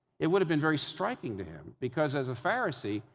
it would have been very striking to him because, as a pharisee,